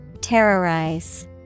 Terrorize